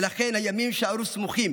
ולכן הימים יישארו סמוכים.